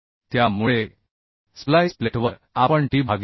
त्यामुळे स्प्लाइस प्लेटवर आपण t भागिले 92